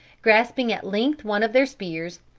grasping at length one of their spears,